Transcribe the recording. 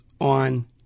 on